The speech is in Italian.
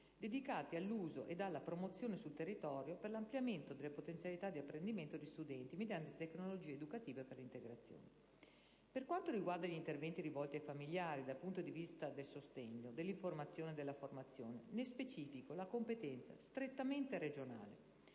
dedicati all'uso ed alla promozione sul territorio per l'ampliamento delle potenzialità di apprendimento degli studenti mediante tecnologie educative per l'integrazione. Per quanto riguarda gli interventi rivolti ai familiari, dal punto di vista del sostegno, dell'informazione e della formazione, ne specifico la competenza strettamente regionale.